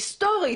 היסטורית.